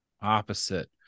opposite